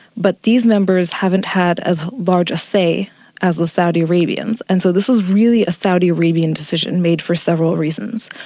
but these members haven't had as large a say as the saudi arabians, and so this was really a saudi arabian decision made for several reasons.